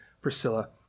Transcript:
Priscilla